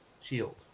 shield